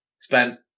Spent